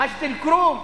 מג'ד-אל-כרום,